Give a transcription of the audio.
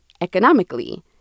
economically